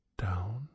down